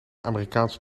amerikaanse